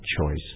choice